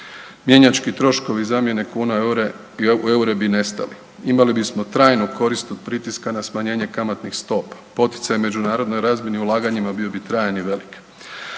mjenjački troškovi zamjene kuna u eure bi nestali, imali bi smo trajnu korist od pritiska na smanjenje kamatnih stopa, poticaj međunarodnoj razmjeni i ulaganjima bio bi trajan i velik.